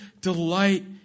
delight